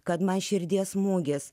kad man širdies smūgis